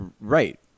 Right